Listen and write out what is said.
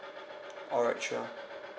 alright sure